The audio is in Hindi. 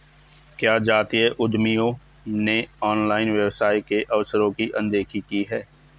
क्या जातीय उद्यमियों ने ऑनलाइन व्यवसाय के अवसरों की अनदेखी की है?